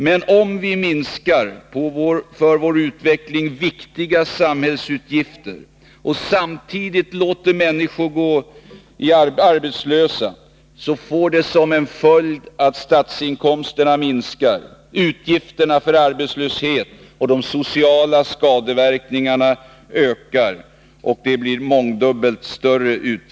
Men om vi minskar på för vår utveckling viktiga samhällsutgifter och samtidigt låter människor gå arbetslösa, får det som följd att statsinkomsterna minskar och att samhällets utgifter för arbetslöshet och sociala skadeverkningar ökar mångdubbelt.